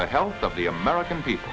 the health of the american people